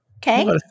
Okay